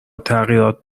تغییرات